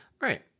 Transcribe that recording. right